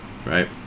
right